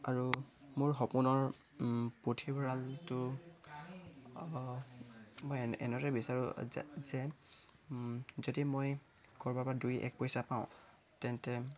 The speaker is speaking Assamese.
আৰু মোৰ সপোনৰ পুথিভঁৰালটো মই এনেদৰে বিচাৰো যে যদি মই ক'ৰবাৰ পৰা দুই এক পইচা পাওঁ তেন্তে